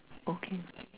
okay